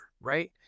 Right